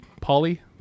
Polly